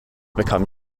become